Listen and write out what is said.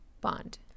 Bond